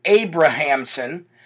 Abrahamson